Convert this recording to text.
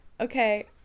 Okay